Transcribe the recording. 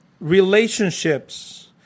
relationships